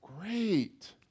Great